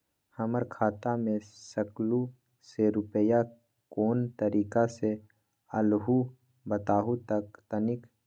हमर खाता में सकलू से रूपया कोन तारीक के अलऊह बताहु त तनिक?